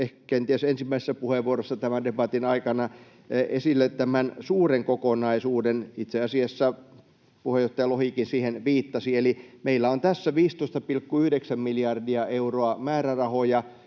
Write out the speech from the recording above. tässä kenties ensimmäisessä puheenvuorossa tämän debatin aikana esille tämän suuren kokonaisuuden. Itse asiassa puheenjohtaja Lohikin siihen viittasi. Eli meillä on tässä 15,9 miljardia euroa määrärahoja,